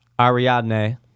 Ariadne